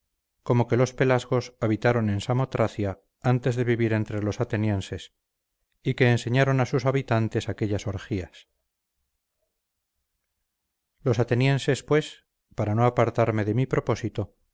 como que los pelasgos habitaron en samotracia antes de vivir entre los atenienses y que enseñaron a sus habitantes aquellas orgías los atenienses pues para no apartarme de mi propósito